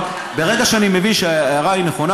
אבל ברגע שאני מבין שההערה נכונה,